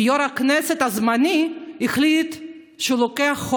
כי יו"ר הכנסת הזמני החליט שהוא לוקח את